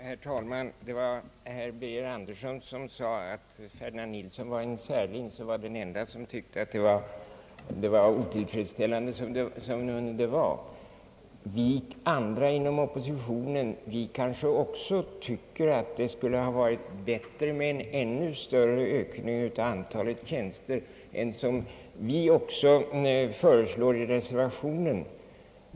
Herr talman! Herr Birger Andersson sade, att herr Ferdinand Nilsson var en särling, den ende som inte tyckte att det var tillfredsställande som det var, inte ens med reservationens förslag. Men också vi andra inom oppositionen tycker att det skulle varit mycket bättre med en ännu större ökning av antalet tjänster än t.o.m. det vi föreslår i reservationen.